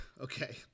Okay